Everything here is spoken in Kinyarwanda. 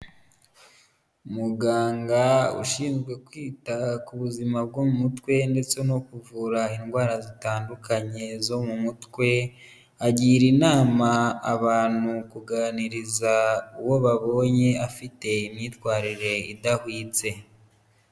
Muganga ushinzwe kwita ku buzima bwo mu mutwe ndetse no kuvura indwara zitandukanye zo mu mutwe, agira inama abantu kuganiriza uwo babonye afite imyitwarire idahwitse.